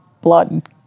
blood